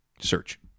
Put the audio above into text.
Search